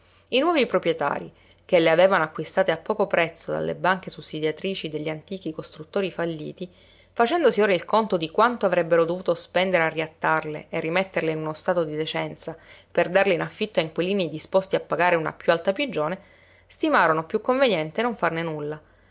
i nuovi proprietarii che le avevano acquistate a poco prezzo dalle banche sussidiatrici degli antichi costruttori falliti facendosi ora il conto di quanto avrebbero dovuto spendere a riattarle e rimetterle in uno stato di decenza per darle in affitto a inquilini disposti a pagare una piú alta pigione stimarono più conveniente non farne nulla